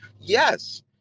Yes